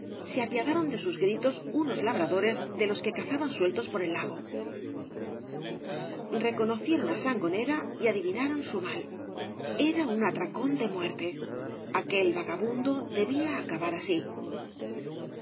se apiadaron de sus gritos unos labradores de los que cazaban sueltos por el lago reconocieron á sangonera y adivinaron su mal era un atracón de muerte aquel vagabundo debía acabar así